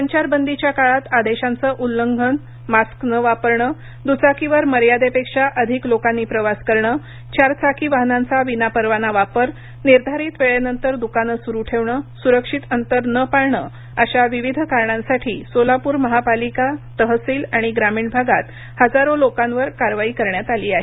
संचार बंदीच्या काळात आदेशांचं उल्लंघन मास्क न वापरणं दुचाकीवर मर्यादेपक्षा अधिक लोकांनी प्रवास करणं चार चाकी वाहनांचा विना परवाना वापर निर्धारित वेळेनंतर दुकानं सुरु ठेवणं सुरक्षित अंतर न पाळणं अशा विविध कारणांसाठी सोलापूर महापालिका तहसील आणि ग्रामीण भागात हजारो लोकांवर कारवाई करण्यात आली आहे